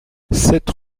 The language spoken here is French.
sept